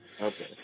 Okay